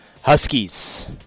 Huskies